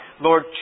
Lord